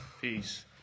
Peace